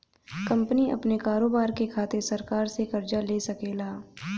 company अपने कारोबार के खातिर सरकार से कर्ज ले सकेला